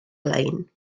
lein